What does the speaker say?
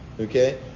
okay